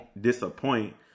disappoint